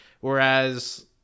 Whereas